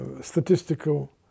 statistical